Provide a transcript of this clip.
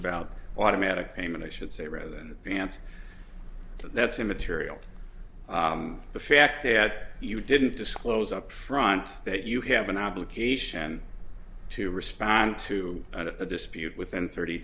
about automatic payment i should say rather than dance that's immaterial to the fact that you didn't disclose upfront that you have an obligation to respond to a dispute within thirty